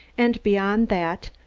and beyond that,